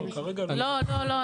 לא.